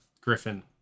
Griffin